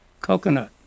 coconut